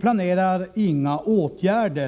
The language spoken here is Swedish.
planerar några åtgärder.